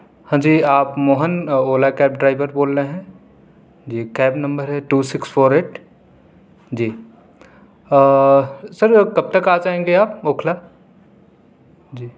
ہاں جی آپ موہن اولا کیب ڈرائیور بول رہے ہیں جی کیب نمبر ہے ٹو سکس فور ایٹ جی سر کب تک آ جائیں گے آپ اوکھلا جی